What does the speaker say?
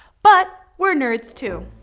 but we're nerds too.